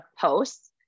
posts